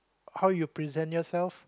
how you present yourself